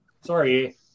Sorry